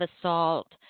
assault